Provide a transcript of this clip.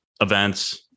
events